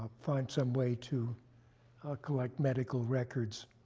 find some way to collect medical records